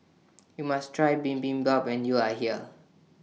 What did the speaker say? YOU must Try Bibimbap when YOU Are here